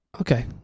Okay